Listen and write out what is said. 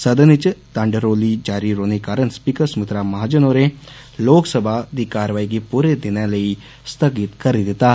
सदन च डंड रौली जारी रौहने कारण स्पीकर सुमित्रा महाजन होरें लोकसभा दी कार्रवाई गी पूरे दिनै लेई स्थगित करी दित्ता